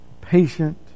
patient